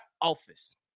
office